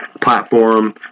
platform